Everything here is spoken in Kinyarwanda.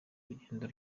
urugendo